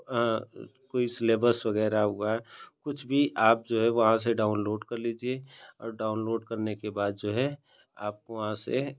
कोई सिलेबस वग़ैरह हुआ कुछ भी आप जो है वहाँ से डाउनलोड कर लीजिए और डाउनलोड करने के बाद जो है आप वहाँ से